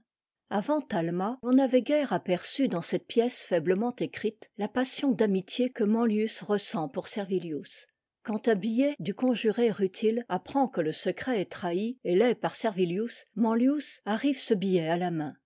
avant talma l'on n'avait guère aperçu dans cette pièce faiblement écrite la passion d'amitié que manlius ressent pour servilius quand un billet du conjuré ruti e apprend que le secret est trahi et l'est par servilius manlius arrive ce billet à la main